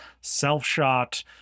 self-shot